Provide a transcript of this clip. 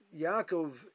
Yaakov